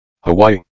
Hawaii